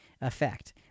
effect